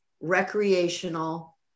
recreational